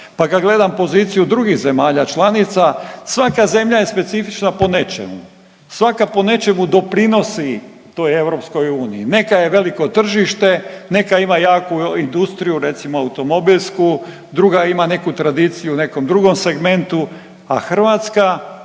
pa kad gledam poziciju drugih zemalja članica svaka zemlja je specifična po nečemu, svaka po nečemu doprinosi toj EU. Neka je veliko tržište, neka ima jaku industriju recimo automobilsku, druga ima neku tradiciju u nekom drugom segmentu, a Hrvatska